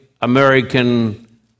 American